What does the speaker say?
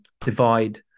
divide